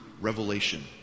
revelation